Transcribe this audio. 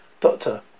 Doctor